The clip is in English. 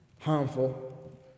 harmful